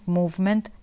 movement